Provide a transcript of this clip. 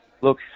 look